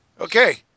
Okay